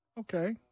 Okay